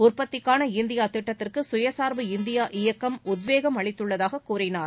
உற்பத்திக்கான இந்தியா திட்டத்திற்கு கயசார்பு இந்தியா இயக்கம் உத்வேகம் அளித்துள்ளதாக கூறினார்